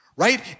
Right